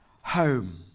Home